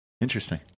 Interesting